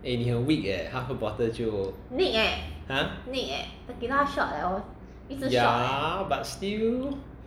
eh 你很 weak leh half a bottle 就 !huh! yeah but still